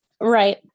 right